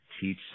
teach